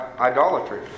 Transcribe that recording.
idolatry